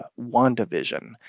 WandaVision